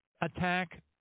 attack